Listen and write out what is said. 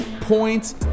points